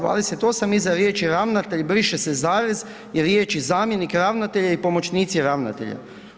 28. iza riječi ravnatelj briše se zarez i riječi zamjenik ravnatelja i pomoćnici ravnatelja.